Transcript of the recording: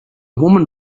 woman